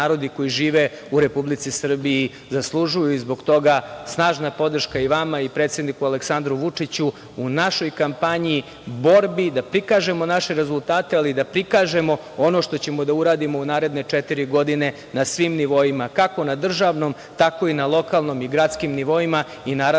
narodi koji žive u Republici Srbiji zaslužuju. Zbog toga snažna podrška i vama i predsedniku Aleksandru Vučiću u našoj kampanji, borbi da prikažemo naše rezultate, ali i da prikažemo ono što ćemo da uradimo u naredne četiri godine na svim nivoima, kako na državnom tako i na lokalnim i gradskim nivoima. Iskreno